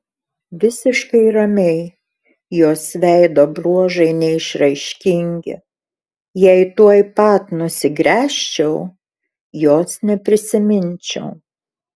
visiškai ramiai jos veido bruožai neišraiškingi jei tuoj pat nusigręžčiau jos neprisiminčiau